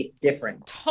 different